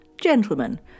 Gentlemen